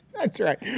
that's right.